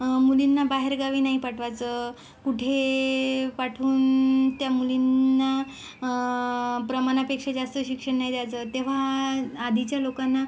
मुलींना बाहेर गावी नाही पाठवायचं कुठे पाठवून त्या मुलींना प्रमाणापेक्षा जास्त शिक्षण नाही द्यायचं तेव्हा आधीच्या लोकांना